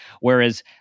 Whereas